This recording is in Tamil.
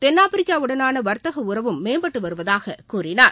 தென்னாப்பிரிக்கா உடனான வர்த்தக உறவும் மேம்பட்டு வருவதாக கூறினார்